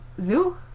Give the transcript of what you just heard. zoo